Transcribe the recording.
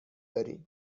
دارین